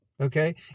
okay